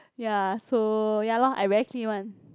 ya so ya loh I very clean one